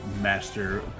master